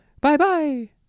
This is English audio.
Bye-bye